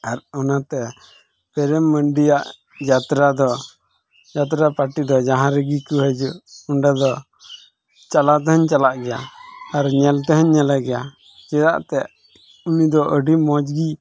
ᱟᱨ ᱚᱱᱟᱛᱮ ᱯᱨᱮᱢ ᱢᱟᱹᱱᱰᱤᱭᱟᱜ ᱡᱟᱛᱨᱟ ᱫᱚ ᱡᱟᱛᱨᱟ ᱯᱟᱴᱤ ᱫᱚ ᱡᱟᱦᱟᱸ ᱨᱮᱜᱮ ᱠᱚ ᱦᱤᱡᱩᱜ ᱚᱸᱰᱮ ᱫᱚ ᱪᱟᱞᱟᱣ ᱫᱚᱧ ᱪᱟᱞᱟᱜ ᱜᱮᱭᱟ ᱟᱨ ᱧᱮᱞ ᱛᱮᱦᱚᱧ ᱧᱮᱞᱮ ᱜᱮᱭᱟ ᱪᱮᱫᱟᱜ ᱛᱮᱫ ᱩᱱᱤ ᱫᱚ ᱟᱹᱰᱤ ᱢᱚᱡᱽ ᱜᱮᱭ